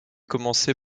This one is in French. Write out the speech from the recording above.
commencer